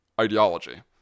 ideology